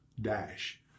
Dash